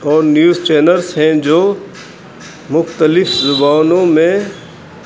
اور news channels ہیں جو مختلف زبانوں میں